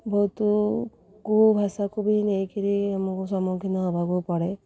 ବହୁତକୁ ଭାଷାକୁ ବି ନେଇକରି ଆମକୁ ସମ୍ମୁଖୀନ ହେବାକୁ ପଡ଼େ